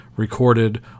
recorded